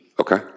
Okay